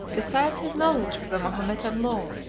besides his knowledge of the mahometan law,